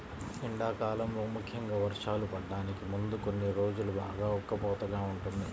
ఎండాకాలంలో ముఖ్యంగా వర్షాలు పడటానికి ముందు కొన్ని రోజులు బాగా ఉక్కపోతగా ఉంటుంది